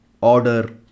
order